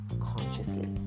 consciously